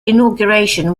inauguration